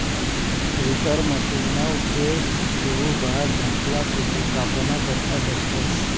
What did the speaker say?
reaper मशिनना उपेग गहू, भात धाकला पिके कापाना करता करतस